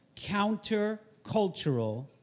countercultural